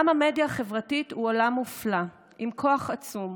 עולם המדיה החברתית הוא עולם מופלא עם כוח עצום.